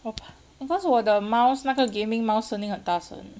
oh because 我的 mouse 那个 gaming mouse 声音很大声